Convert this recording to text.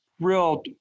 real